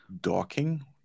docking